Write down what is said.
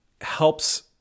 helps